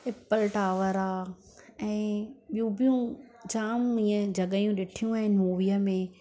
Apple tower आहे ऐं ॿियूं ॿियूं जाम ईअं जॻहियूं ॾिठियूं आहिनि मूवीअ में